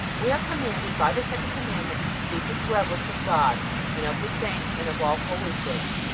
we are commanded by the second commandment to speak with reverence of god and of the saints, and of all holy things,